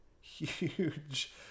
huge